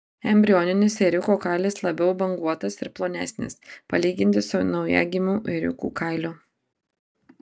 embrioninis ėriuko kailis labiau banguotas ir plonesnis palyginti su naujagimių ėriukų kailiu